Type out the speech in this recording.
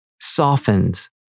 softens